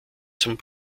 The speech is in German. zum